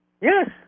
Yes